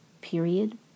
period